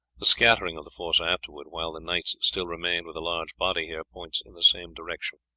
the scattering of the force afterwards while the knights still remained with a large body here points in the same direction.